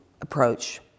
approach